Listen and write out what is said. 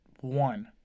one